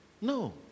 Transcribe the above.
No